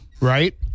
Right